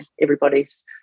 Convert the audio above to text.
everybody's